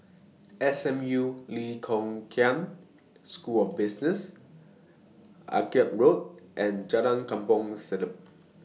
S M U Lee Kong Chian School of Business Akyab Road and Jalan Kampong Siglap